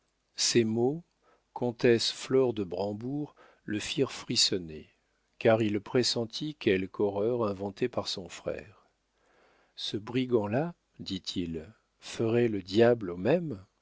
ces mots comtesse flore de brambourg le firent frissonner car il pressentit quelque horreur inventée par son frère ce brigand là dit-il ferait le diable au même